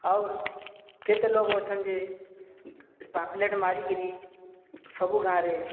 ଆଉ କେତେ ଲୋକ୍ ଅଛନଯେ ପାମ୍ପ୍ଲେଟ୍ ମାରିକିରି ସବୁ ଗାଁରେ